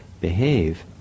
behave